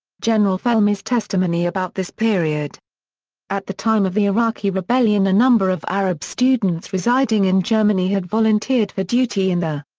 general felmy's testimony about this period at the time of the iraqi rebellion a number of arab students residing in germany had volunteered for duty in the.